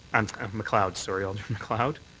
and kind of macleod. sorry. alderman macleod.